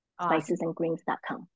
spicesandgreens.com